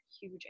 huge